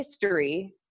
history